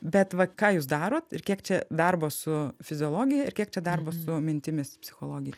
bet vat ką jūs darot ir kiek čia darbo su fiziologija ir kiek čia darbo su mintimis psichologija